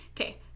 Okay